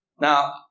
Now